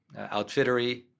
Outfittery